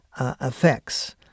effects